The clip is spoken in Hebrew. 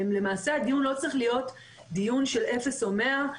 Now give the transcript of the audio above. למעשה הדיון לא צריך להיות דיון של אפס או 100,